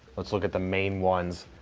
let's look at the main ones.